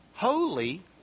holy